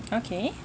okay